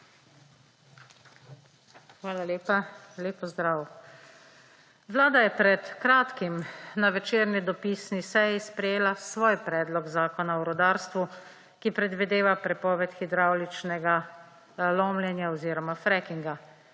Hvala lepa. Lep pozdrav! Vlada je pred kratkim, na večerni dopisni seji sprejela svoj predlog zakona o rudarstvu, ki predvideva prepoved hidravličnega lomljenja oziroma frackinga,